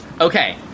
Okay